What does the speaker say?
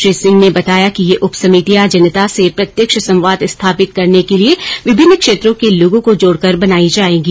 श्री सिंह ने बताया ये उप समितियां जनता से प्रत्यक्ष संवाद स्थापित करने के लिए विभिन्न क्षेत्रों के लोगों को जोड़ कर बनायीं जाएंगी